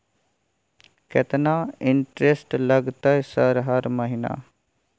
केतना इंटेरेस्ट लगतै सर हर महीना?